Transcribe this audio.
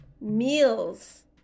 meals